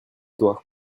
toi